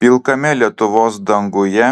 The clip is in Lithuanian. pilkame lietuvos danguje